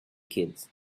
kids